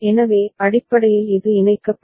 எனவே அடிப்படையில் இது இணைக்கப்படும்